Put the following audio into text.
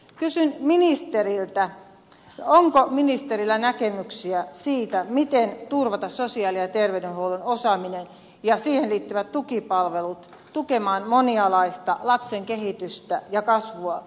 kysyn ministeriltä onko ministerillä näkemyksiä siitä miten turvata sosiaali ja terveydenhuollon osaaminen ja siihen liittyvät tukipalvelut tukemaan monialaista lapsen kehitystä ja kasvua